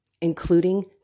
including